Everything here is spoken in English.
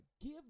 Give